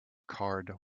card